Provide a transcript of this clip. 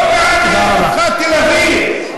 לא מעניין אותך תל-אביב.